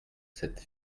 cette